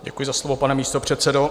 Děkuji za slovo, pane místopředsedo.